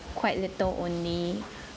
quite little only